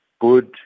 good